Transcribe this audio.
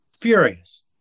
furious